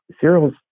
Cyril's